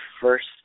first